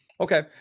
Okay